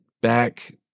back